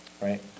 right